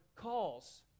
calls